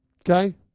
Okay